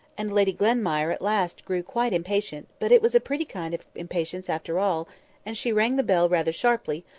and lady glenmire at last grew quite impatient, but it was a pretty kind of impatience after all and she rang the bell rather sharply,